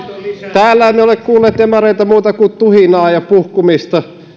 täällä emme ole kuulleet demareilta muuta kuin tuhinaa ja puhkumista